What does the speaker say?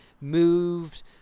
moved